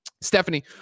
Stephanie